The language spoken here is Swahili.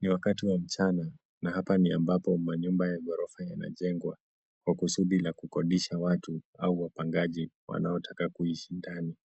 Ni wakati wa mchana na hapa ni ambapo manyumba ya ghorofa yanajengwa kwa kusudi la kukodisha watu au wapangaji wanaotaka kuishi ndani.